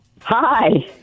Hi